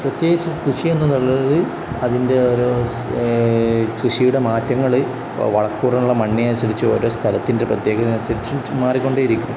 പ്രത്യേകിച്ച് കൃഷിയെന്നുള്ളത് അതിൻ്റെ ഓരോ കൃഷിയുടെ മാറ്റങ്ങൾ വളക്കൂറുള്ള മണ്ണിനനുസരിച്ച് ഓരോ സ്ഥലത്തിൻ്റെ പ്രത്യേകതയനുസരിച്ചും മാറിക്കൊണ്ടേയിരിക്കും